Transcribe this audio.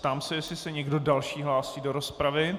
Ptám se, jestli se někdo další hlásí do rozpravy.